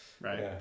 Right